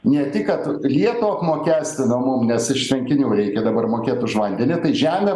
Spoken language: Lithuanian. ne tik kad lietų apmokestino mum nes iš tvenkinių reikia dabar mokėt už vandenį žemę